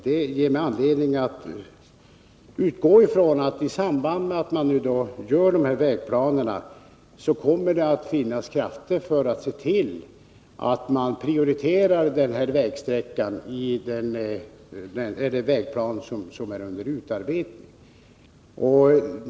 Det ger mig anledning att utgå från att det i samband med utarbetandet av vägplanerna kommer att finnas krafter som vill se till att man prioriterar den här vägsträckan.